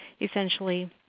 essentially